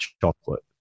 chocolate